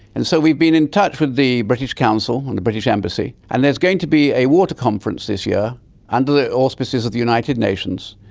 and so we've been in touch with the british council and the british embassy and there's going to be a water conference this year under the auspices of the united nations,